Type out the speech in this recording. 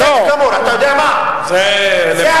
בסדר גמור, אתה יודע מה, זה הוויכוח.